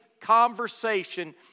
conversation